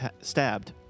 stabbed